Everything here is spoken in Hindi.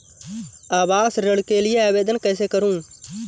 आवास ऋण के लिए आवेदन कैसे करुँ?